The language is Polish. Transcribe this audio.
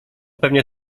pewnie